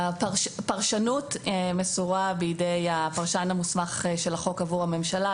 הפרשנות מסורה בידי הפרשן המוסמך של החוק עבור הממשלה,